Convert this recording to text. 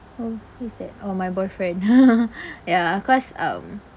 oh who is that oh my boyfriend ya cause um